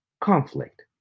conflict